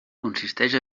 consisteix